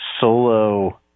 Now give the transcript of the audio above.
solo